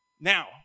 Now